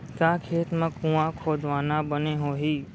का खेत मा कुंआ खोदवाना बने होही?